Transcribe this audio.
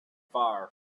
fire